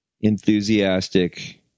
enthusiastic